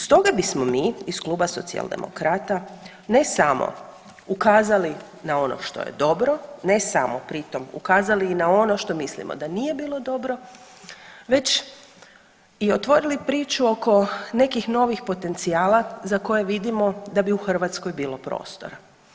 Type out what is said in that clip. Stoga bismo mi iz kluba Socijaldemokrata ne samo ukazali na ono što je dobro, ne samo pri tom ukazali i na ono što mislimo da nije bilo dobro već i otvorili priču oko nekih novih potencijala za koje vidimo da bi u Hrvatskoj bilo prostora.